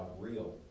real